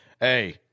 hey